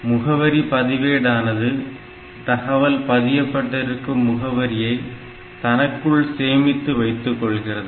முகவரி பதிவேடானது தகவல் பதியப்பட்டிருக்கும் முகவரியை தனக்குள் சேமித்து வைத்துக் கொள்கிறது